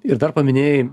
ir dar paminėjai